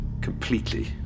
completely